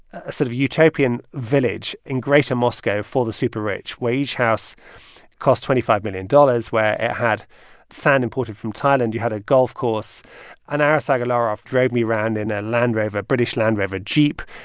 a sort of utopian village in greater moscow for the super rich where each house cost twenty five million dollars, where it had sand imported from thailand. you had a golf course and aras agalarov drove me round in a land rover, british land rover jeep.